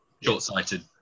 short-sighted